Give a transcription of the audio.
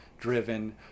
driven